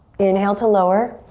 inhale to lower.